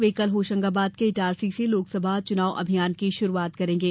वे कल होशंगाबाद के इटारसी से लोकसभा चुनाव अभियान की शुरूआत करेंगे